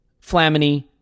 Flamini